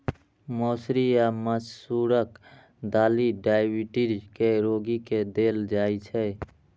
मौसरी या मसूरक दालि डाइबिटीज के रोगी के देल जाइ छै